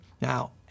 Now